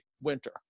winter